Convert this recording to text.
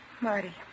Marty